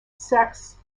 sex